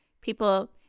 people